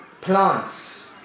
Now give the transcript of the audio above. plants